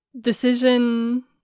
decision